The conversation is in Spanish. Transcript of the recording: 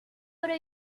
obra